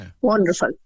Wonderful